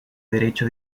derecho